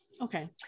okay